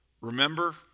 remember